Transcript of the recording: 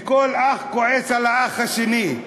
וכל אח כועס על האח השני.